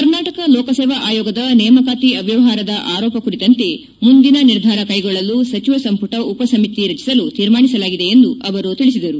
ಕರ್ನಾಟಕ ಲೋಕಸೇವಾ ಆಯೋಗದ ನೇಮಕಾತಿ ಅವ್ವವಹಾರದ ಆರೋಪ ಕುರಿತಂತೆ ಮುಂದಿನ ನಿರ್ಧಾರ ಕೈಗೊಳ್ಳಲು ಸಚಿವ ಸಂಪುಟ ಉಪ ಸಮಿತಿ ರಚಿಸಲು ತೀರ್ಮಾನಿಸಲಾಗಿದೆ ಎಂದು ಅವರು ತಿಳಿಸಿದರು